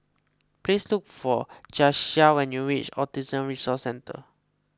please look for Jasiah when you reach Autism Resource Centre